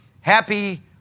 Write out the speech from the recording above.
happy